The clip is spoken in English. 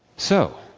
so.